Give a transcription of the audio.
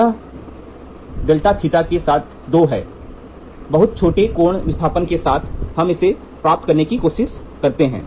यह δθ के साथ 2 है बहुत छोटे कोण विस्थापन के साथ हम इसे प्राप्त करने की कोशिश करते हैं